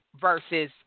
versus